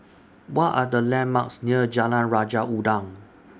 What Are The landmarks near Jalan Raja Udang